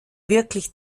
wirklich